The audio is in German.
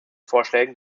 vorschlägen